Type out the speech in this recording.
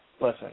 Listen